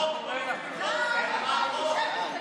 אז איפה החוק פה?